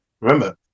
Remember